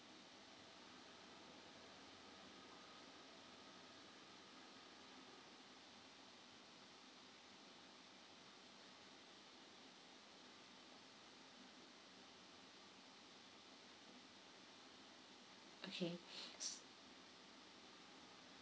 okay